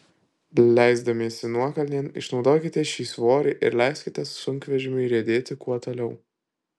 leisdamiesi nuokalnėn išnaudokite šį svorį ir leiskite sunkvežimiui riedėti kuo toliau